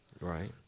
Right